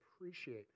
appreciate